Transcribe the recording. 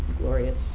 glorious